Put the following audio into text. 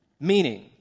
meaning